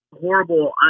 horrible